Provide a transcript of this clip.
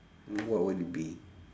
what would it be